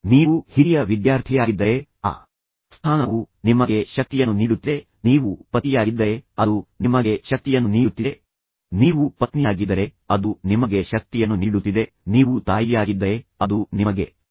ನೀವು ಹಿರಿಯ ವಿದ್ಯಾರ್ಥಿಯಾಗಿದ್ದರೆ ಆ ಸ್ಥಾನವು ನಿಮಗೆ ಶಕ್ತಿಯನ್ನು ನೀಡುತ್ತಿದೆ ನೀವು ಪತಿಯಾಗಿದ್ದರೆ ಅದು ನಿಮಗೆ ಶಕ್ತಿಯನ್ನು ನೀಡುತ್ತಿದೆ ನೀವು ಪತ್ನಿಯಾಗಿದ್ದರೆ ಅದು ನಿಮಗೆ ಶಕ್ತಿಯನ್ನು ನೀಡುತ್ತಿದೆ ನೀವು ತಾಯಿಯಾಗಿದ್ದರೆ ಅದು ನಿಮಗೆ ಶಕ್ತಿಯನ್ನು ನೀಡುತ್ತಿದೆ